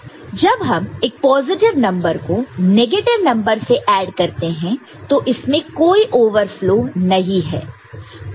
इसका मतलब जब हम एक पॉजिटिव नंबर को नेगेटिव नंबर से ऐड करते हैं तो इसमें कोई ओवरफ्लो नहीं है